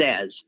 says